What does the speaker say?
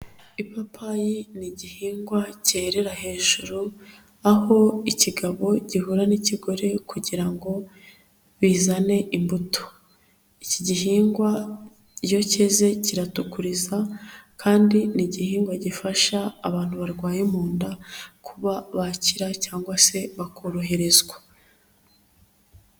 Ipapayi ni igihingwa cyerera hejuru, aho ikigabo gihura n'ikigore kugira ngo bizane imbuto. Iki gihingwa iyo cyeze kiratukuza, kandi ni igihingwa gifasha abantu barwaye mu nda kuba bakira, cyangwa se bakoroherezwa.